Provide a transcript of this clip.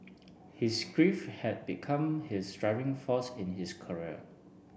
his grief had become his driving force in his career